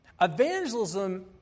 Evangelism